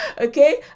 Okay